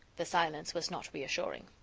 the silence was not reassuring.